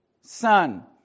Son